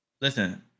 Listen